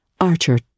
Archer